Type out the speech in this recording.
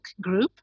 group